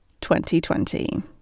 2020